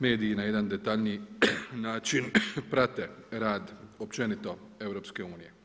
mediji na jedan detaljniji način prate rad, općenito Europske unije.